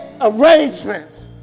arrangements